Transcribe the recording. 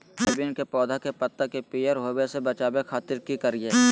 Soybean के पौधा के पत्ता के पियर होबे से बचावे खातिर की करिअई?